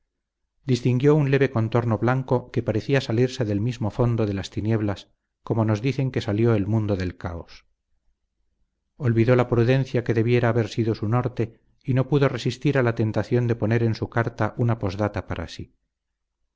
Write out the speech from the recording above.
distinguió un leve contorno blanco que parecía salirse del mismo fondo de las tinieblas como nos dicen que salió el mundo del caos olvidó la prudencia que debiera haber sido su norte y no pudo resistir a la tentación de poner en su carta una posdata para sí